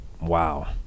Wow